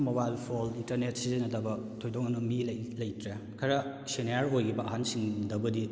mobile phone internet ꯁꯤꯖꯤꯟꯅꯗꯕ ꯊꯣꯏꯗꯣꯛꯅ ꯃꯤ ꯂꯩꯇ꯭ꯔꯦ ꯈꯔ ꯁꯦꯅꯤꯌꯥꯔ ꯑꯣꯏꯈꯤꯕ ꯑꯍꯟꯁꯤꯡꯗꯕꯨꯗꯤ